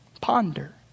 Ponder